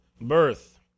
birth